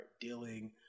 dealing